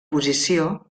posició